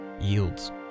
yields